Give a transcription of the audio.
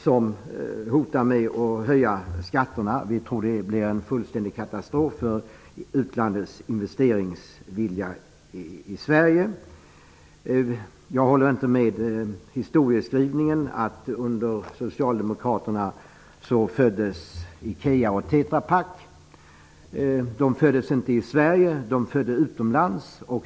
Man hotar med att höja skatterna. Vi tror att det blir en fullständig katastrof för utlandets investeringsvilja i Sverige. Jag håller inte med om historieskrivningen att under socialdemokraterna föddes IKEA och Tetrapak. De föddes inte i Sverige. De föddes utomlands.